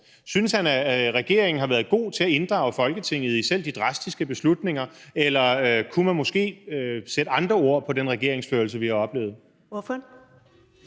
Synes han, at regeringen har været god til at inddrage Folketinget i selv de drastiske beslutninger, eller kunne man måske sætte andre ord på den regeringsførelse, vi har oplevet?